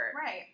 right